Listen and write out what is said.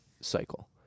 cycle